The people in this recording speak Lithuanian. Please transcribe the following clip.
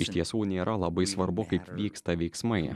iš tiesų nėra labai svarbu kaip vyksta veiksmai